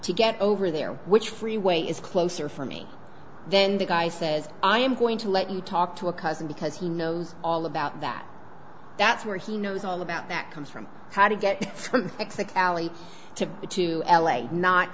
to get over there which freeway is closer for me then the guy says i'm going to let you talk to a cousin because he knows all about that that's where he knows all about that comes from how to get from mexico to the to l a not